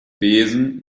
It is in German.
wesen